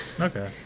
Okay